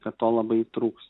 kad to labai trūks